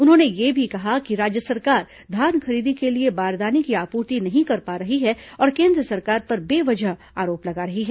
उन्होंने यह भी कहा कि राज्य सरकार धान खरीदी के लिए बारदाने की आपूर्ति नहीं कर पा रही है और केन्द्र सरकार पर बेवजह आरोप लगा रही है